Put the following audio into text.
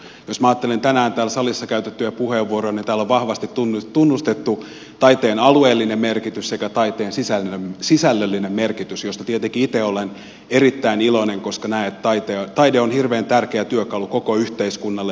jos minä ajattelen tänään täällä salissa käytettyjä puheenvuoroja niin täällä on vahvasti tunnustettu taiteen alueellinen merkitys sekä taiteen sisällöllinen merkitys mistä tietenkin itse olen erittäin iloinen koska näen että taide on hirveän tärkeä työkalu koko yhteiskunnalle